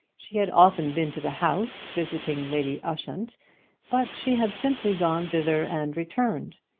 she had often been to the house, visiting lady ushant but she had simply gone thither and returned.